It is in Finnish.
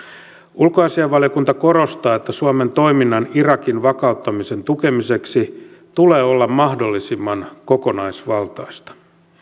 ulkoasiainvaliokunta korostaa että suomen toiminnan irakin vakauttamisen tukemiseksi tulee olla mahdollisimman kokonaisvaltaista